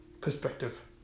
perspective